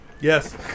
Yes